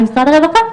במשרד הרווחה.